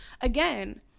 again